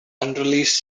unreleased